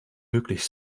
möglich